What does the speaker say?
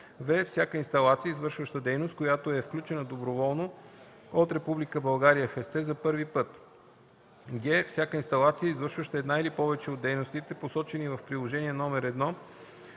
в) всяка инсталация, извършваща дейност, която е включена доброволно от Република България в ЕСТЕ за първи път; г) всяка инсталация, извършваща една или повече от дейностите, посочени в Приложение № 1,